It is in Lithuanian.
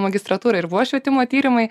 magistratūra ir buvo švietimo tyrimai